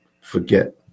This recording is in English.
forget